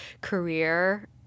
career